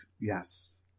Yes